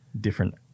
different